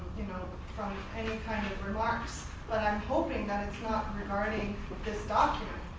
you know, from any kind of remarks but i'm hopping ah it's not regarding this document.